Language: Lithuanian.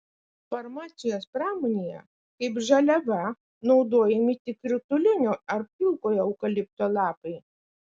farmacijos pramonėje kaip žaliava naudojami tik rutulinio ar pilkojo eukalipto lapai